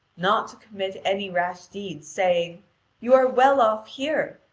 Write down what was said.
not to commit any rash deed, saying you are well off here.